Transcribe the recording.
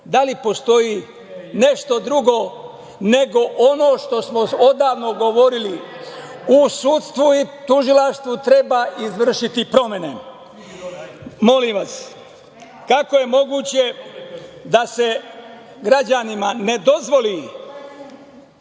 da li postoji nešto drugo nego ono što smo odavno govorili? U sudstvu i tužilaštvu treba izvršiti promene. Molim vas, kako je moguće da se građanima ne dozvoli